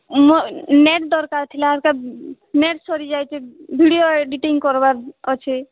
ମୋର ନେଟ୍ ଦରକାର ଥିଲା ନେଟ୍ ସରିଯାଇଛେ ଭିଡ଼ିଓ ଏଡ଼ିଟିଂ କରିବାର ଅଛେ